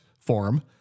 form